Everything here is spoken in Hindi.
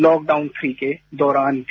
लॉकडाउन थ्री के दौरान भी